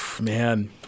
man